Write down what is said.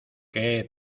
qué